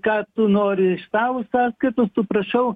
ką tu nori iš savo sąskaitos tu prašau